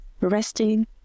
resting